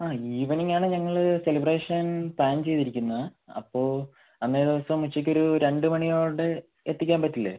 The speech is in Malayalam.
ആ ഈവനിംഗ് ആണ് ഞങ്ങൾ സെലിബ്രേഷൻ പ്ലാൻ ചെയ്തിരിക്കുന്നത് അപ്പോൾ അന്നേ ദിവസം ഉച്ചയ്ക്ക് ഒരു രണ്ട് മണിയോടെ എത്തിക്കാൻ പറ്റില്ലേ